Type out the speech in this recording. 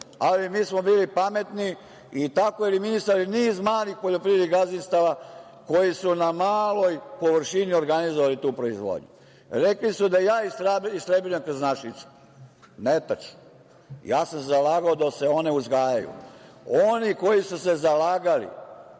ali mi smo bili pametni i tako eliminisali niz malih poljoprivrednih gazdinstava koji su na maloj površini organizovali tu proizvodnju. Rekli su da ja istrebljujem krznašice. Netačno. Ja sam se zalagao da se one uzgajaju. Oni koji su se zalagali